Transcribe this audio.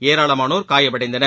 ஏராளமானோர் காயமடைந்தனர்